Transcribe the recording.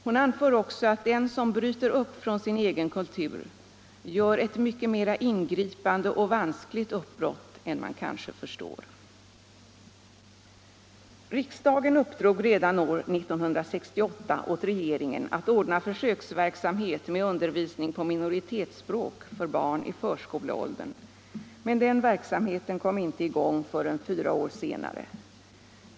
Hon anför också att den som bryter upp från sin egen kultur gör ett mycket mera ingripande och vanskligt uppbrott än man kanske förstår. Riksdagen uppdrog redan år 1968 åt regeringen att ordna försöksverksamhet med undervisning på minoritetsspråk för barn i förskoleåldern, men den verksamheten kom inte i gång förrän fyra år senare.